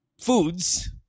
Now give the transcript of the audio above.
foods